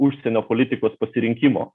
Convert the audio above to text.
užsienio politikos pasirinkimo